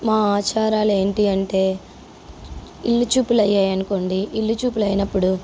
మా ఆచారాలు ఏంటి అంటే ఇల్లు చూపులు అయ్యాయనుకోండి ఇల్లు చూపులు అయినప్పుడు